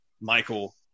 Michael